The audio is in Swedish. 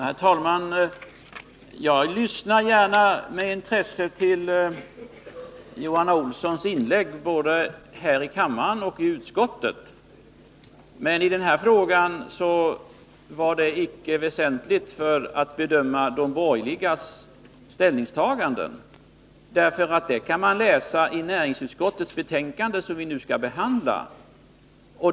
Herr talman! Jag lyssnar gärna med intresse till Johan Olssons inlägg, både här i kammaren och i utskottet. Men i den här frågan var det icke väsentligt att bemöta de borgerligas ställningstaganden. Dem kan man läsa i näringsutskottets betänkande som vi nu behandlar.